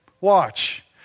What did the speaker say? Watch